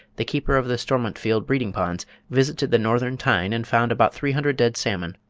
the keeper of the stormontfield breeding-ponds visited the northern tyne and found about three hundred dead salmon,